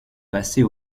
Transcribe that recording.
passer